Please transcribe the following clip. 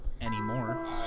Anymore